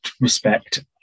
respect